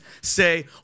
say